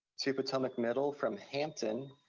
to potomac middle from hampton,